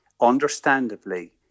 understandably